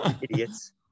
Idiots